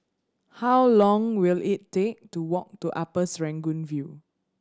how long will it take to walk to Upper Serangoon View